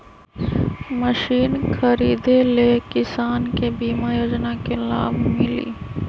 Machine खरीदे ले किसान के बीमा योजना के लाभ मिली?